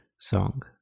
song